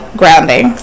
grounding